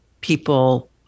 people